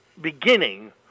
beginning